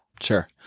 Sure